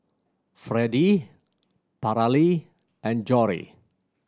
Fredie Paralee and Jory